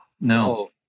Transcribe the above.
no